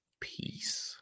peace